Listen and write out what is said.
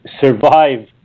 survive